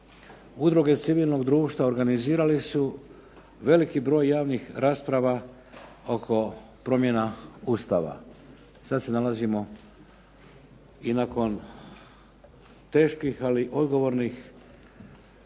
udruge civilnog društva, organizirali su veliki broj javnih rasprava oko promjena Ustava. Sad se nalazimo i nakon teških, ali odgovornih ne